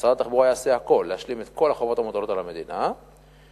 משרד התחבורה יעשה הכול להשלים את כל החובות המוטלות על המדינה ולאכוף